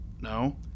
no